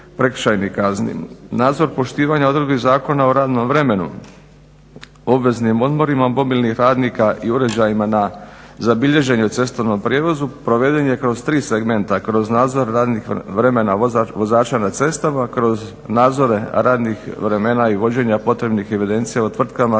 Nadzor poštivanja odredbi Zakona o radnom vremenu obveznim odmorima mobilnih radnika i uređajima za bilježenje u cestovnom prijevozu proveden je kroz tri segmenta, kroz nadzor radnih vremena vozača na cestama, kroz nadzore radnih vremena i vođenja potrebnih evidencija o tvrtkama